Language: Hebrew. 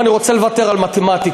אם אני רוצה לוותר על מתמטיקה,